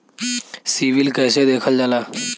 CIBIL कैसे देखल जाला?